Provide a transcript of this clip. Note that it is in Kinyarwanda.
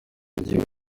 gihe